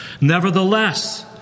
Nevertheless